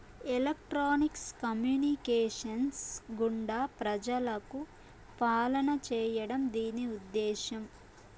electronics communications గుండా ప్రజలకు పాలన చేయడం దీని ఉద్దేశం